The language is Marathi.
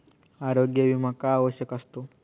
आरोग्य विमा का आवश्यक असतो?